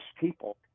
people